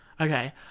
okay